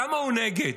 למה הוא נגד?